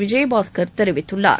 விஜயபாஸ்கர் தெரிவித்துள்ளார்